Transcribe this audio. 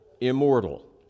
immortal